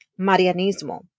Marianismo